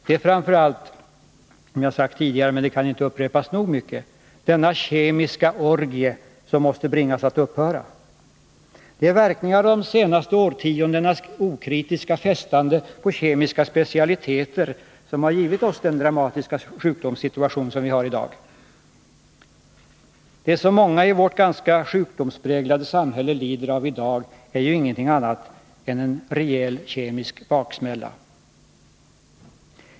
Det är framför allt — jag har sagt det tidigare men det kan inte upprepas nog ofta — denna kemiska orgie som måste bringas att upphöra. Det är verkningar av de senaste årtiondenas okritiska festande på kemiska specialiteter som har givit oss den dramatiska sjukdomssituation som vi har i dag. Det som många i vårt ganska sjukdomspräglade samhälle lider av i dag är ingenting annat än en rejäl kemisk baksmälla.